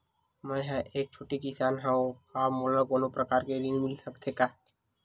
मै ह एक छोटे किसान हंव का मोला कोनो प्रकार के ऋण मिल सकत हे का?